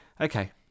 okay